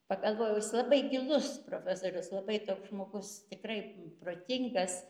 pagalvojus labai gilus profesorius labai toks žmogus tikrai protingas